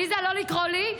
--- עליזה, לא לקרוא לי.